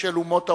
של אומות העולם.